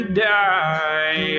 die